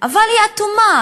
היא אטומה.